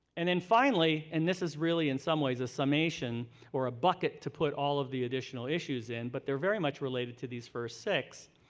and finally, and this is really in some way as a summation or a bucket to put all of the additional issues in but they're very much related to these first six.